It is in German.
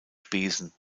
spesen